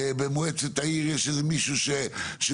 במועצת העיר יש איזה מישהו שכשקידמו